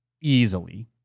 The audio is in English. easily